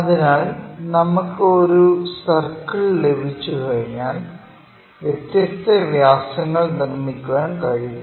അതിനാൽ നമുക്ക് ഒരു സർക്കിൾ ലഭിച്ചുകഴിഞ്ഞാൽ വ്യത്യസ്ത വ്യാസങ്ങൾ നിർമ്മിക്കാൻ കഴിയും